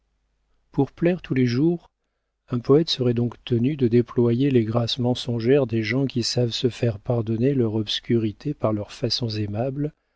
pour plaire tous les jours un poëte serait donc tenu de déployer les grâces mensongères des gens qui savent se faire pardonner leur obscurité par leurs façons aimables